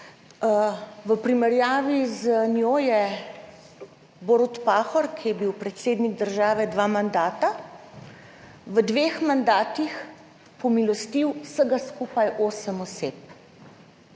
V primerjavi z njo je Borut Pahor, ki je bil predsednik države dva mandata, v dveh mandatih pomilostil vsega skupaj osem oseb.